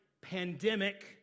pandemic